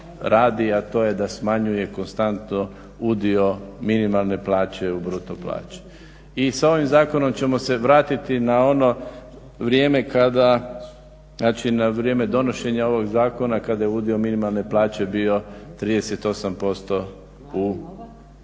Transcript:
a to je da smanjuje konstantno udio minimalne plaće u bruto plaće. I sa ovim zakonom ćemo se vratiti na ono vrijeme kada, znači na vrijeme donošenja ovog zakona kada je udio minimalne plaće bio 39% u